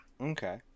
Okay